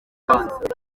rwanda